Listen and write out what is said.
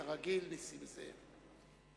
כרגיל, נסים זאב.